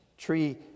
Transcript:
tree